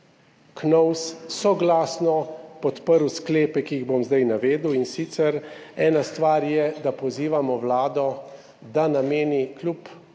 KNOVS soglasno podprl sklepe, ki jih bom zdaj navedel, in sicer ena stvar je, da pozivamo vlado, da kljub